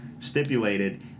stipulated